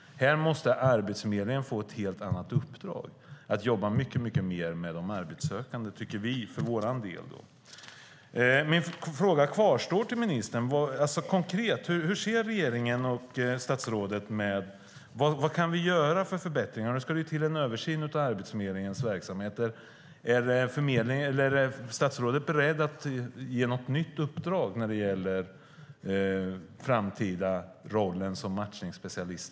Här måste Arbetsförmedlingen få ett helt annat uppdrag, tycker vi, nämligen att jobba mycket mer med de arbetssökande. Min fråga till ministern kvarstår. Vilka konkreta förbättringar anser regeringen och statsrådet att vi kan göra? Nu ska det bli en översyn av Arbetsförmedlingens verksamheter. Är statsrådet beredd att ge något nytt uppdrag när det gäller Arbetsförmedlingens framtida roll som matchningsspecialist?